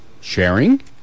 sharing